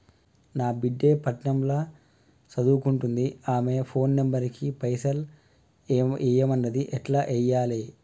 నా బిడ్డే పట్నం ల సదువుకుంటుంది ఆమె ఫోన్ నంబర్ కి పైసల్ ఎయ్యమన్నది ఎట్ల ఎయ్యాలి?